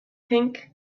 pink